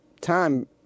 time